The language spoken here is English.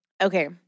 Okay